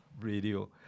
radio